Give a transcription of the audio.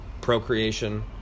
procreation